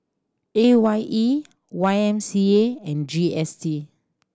A Y E Y M C A and G S T